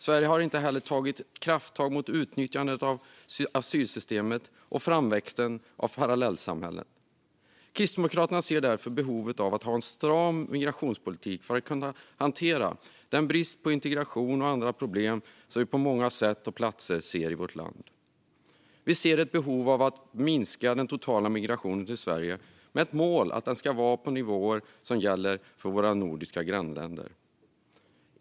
Sverige har inte heller tagit krafttag mot utnyttjandet av asylsystemet och framväxten av parallellsamhällen. Kristdemokraterna ser därför behovet av att ha en stram migrationspolitik för att kunna hantera den brist på integration och andra problem som vi på många sätt och platser ser i vårt land. Kristdemokraterna ser ett behov av att minska den totala migrationen till Sverige med ett mål om att den ska vara på de nivåer som gäller för våra nordiska grannländer.